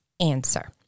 answer